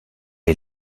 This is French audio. est